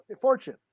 fortune